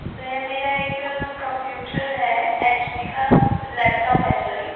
भैया मेरा एक कम्प्यूटर है एच पी का लैपटॉप है सॉरी